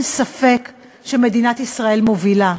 אין ספק שמדינת ישראל מובילה: